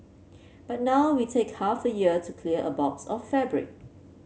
but now we take half a year to clear a box of fabric